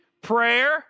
prayer